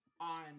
on